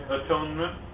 atonement